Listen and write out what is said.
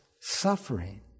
suffering